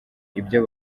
ibyo